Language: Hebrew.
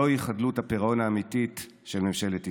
זוהי חדלות הפירעון האמיתית של ממשלת ישראל.